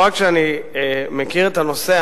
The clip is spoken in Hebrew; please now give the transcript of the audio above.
לא רק שאני מכיר את הנושא,